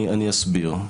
אני אסביר.